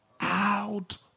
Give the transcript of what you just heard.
out